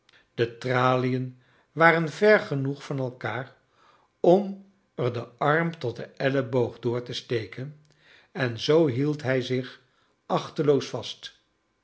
de tralien war en vex genoeg van elkaar om er den arm tot den elleboog door te steken en zoo hield hij zich achteloos vast